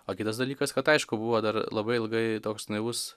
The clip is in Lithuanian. o kitas dalykas kad aišku buvo dar labai ilgai toks naivus